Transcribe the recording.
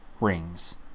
rings